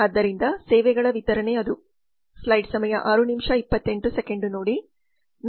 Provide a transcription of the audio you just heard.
ಆದ್ದರಿಂದ ಸೇವೆಗಳ ವಿತರಣೆ ಅದು